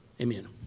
Amen